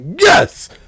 Yes